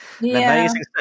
amazing